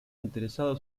interesado